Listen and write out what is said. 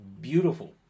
beautiful